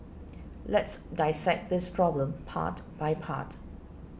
let's dissect this problem part by part